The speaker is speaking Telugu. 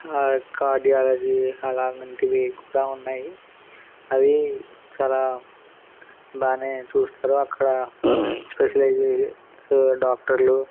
కా కార్డియాలజీ అలాంటివి కూడా ఉన్నాయి అవి చాలా బాగానే చూస్తారు అక్కడ స్పెషలైజ్డ్ డాక్టర్లు